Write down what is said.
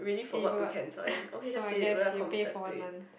and you forgot so I guess you pay for one month